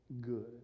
good